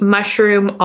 Mushroom